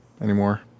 anymore